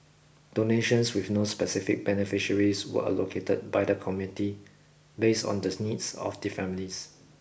donations with no specific beneficiaries were allocated by the committee based on the needs of the families